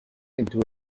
into